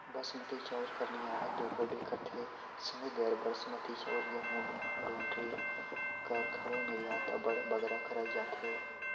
बासमती चाँउर कर निरयात दो होबे करथे संघे गैर बासमती चाउर, गहूँ, जोंढरी कर घलो निरयात अब्बड़ बगरा करल जाथे